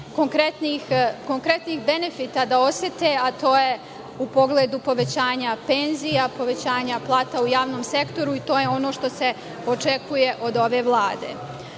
konkretnih benefita da osete, a to je u pogledu povećanja penzija, povećanja plata u javnom sektoru i to je ono što se očekuje od ove Vlade. Ono